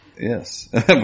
Yes